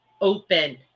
open